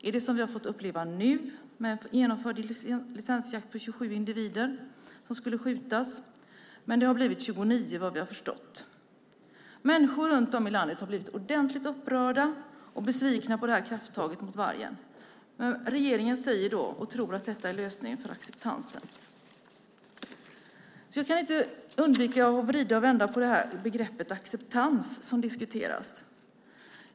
Är det så som vi nu har fått uppleva med genomförd licensjakt? Det var 27 individer som skulle skjutas, men det har blivit 29, vad vi har förstått. Människor runt om i landet har blivit ordentligt upprörda över och besvikna på det här krafttaget mot vargen. Men regeringen säger och tror att detta är lösningen när det gäller acceptansen. Jag kan inte undvika att vrida och vända på begreppet acceptans, som diskuteras.